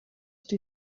also